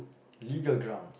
legal ground